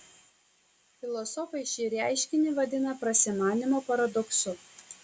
filosofai šį reiškinį vadina prasimanymo paradoksu